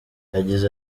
yagize